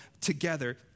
together